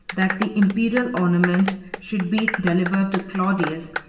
that the imperial ornaments should be delivered to claudius,